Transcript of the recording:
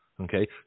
Okay